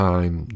Time